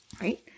Right